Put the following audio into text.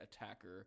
attacker